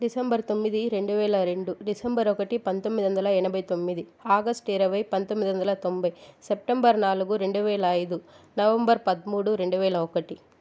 December తొమ్మిది రెండు వేల రెండు డిసెంబర్ ఒకటి పంతొమ్మిది వందల ఎనభై తొమ్మిది ఆగష్టు ఇరవై పంతొమ్మిది వందల తొంభై సెప్టెంబర్ నాలుగు రెండు వేల ఐదు నవంబర్ పదమూడు రెండు వేల ఒకటి